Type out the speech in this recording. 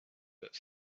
but